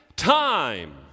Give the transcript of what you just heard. time